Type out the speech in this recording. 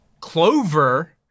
Clover